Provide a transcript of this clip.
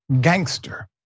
gangster